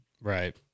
Right